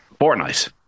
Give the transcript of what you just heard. Fortnite